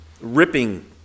ripping